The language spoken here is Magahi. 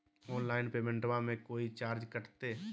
ऑनलाइन पेमेंटबां मे कोइ चार्ज कटते?